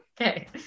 Okay